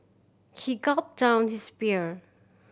he gulped down his beer